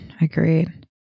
Agreed